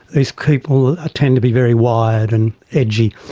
these people ah tend to be very wired and energy.